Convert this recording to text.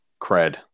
cred